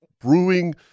Brewing